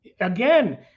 Again